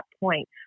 point